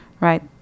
right